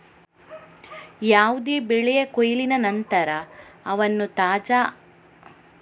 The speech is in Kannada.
ಯಾವುದೇ ಬೆಳೆಯ ಕೊಯ್ಲಿನ ನಂತರ ಅವನ್ನು ತಾಜಾ ಆಗಿಡಲು, ಹಾಳಾಗದಂತೆ ಇಡಲು ತೆಗೆದುಕೊಳ್ಳಬೇಕಾದ ಕ್ರಮಗಳು ಯಾವುವು?